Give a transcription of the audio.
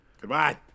Goodbye